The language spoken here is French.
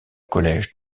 collège